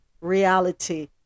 reality